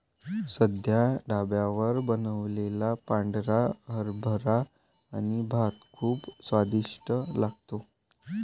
साध्या ढाब्यावर बनवलेला पांढरा हरभरा आणि भात खूप स्वादिष्ट लागतो